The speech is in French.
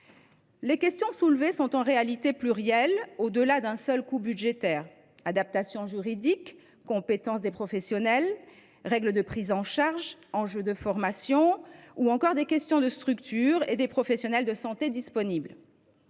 Les questions soulevées sont en réalité plurielles, au delà du seul coût budgétaire : adaptations juridiques, compétences des professionnels, règles de prise en charge, enjeux de formation, structures et professionnels de santé disponibles.